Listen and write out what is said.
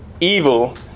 Evil